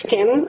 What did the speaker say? Kim